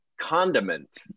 condiment